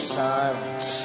silence